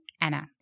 Anna